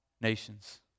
nations